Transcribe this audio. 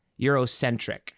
Eurocentric